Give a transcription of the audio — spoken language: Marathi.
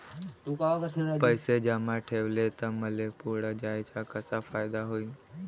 पैसे जमा ठेवले त मले पुढं त्याचा कसा फायदा होईन?